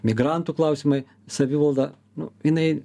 migrantų klausimai savivalda nu jinai